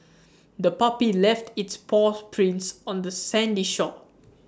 the puppy left its paw prints on the sandy shore